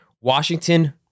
Washington